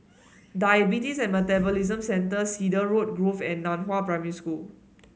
Diabetes and Metabolism Centre Cedarwood Grove and Nan Hua Primary School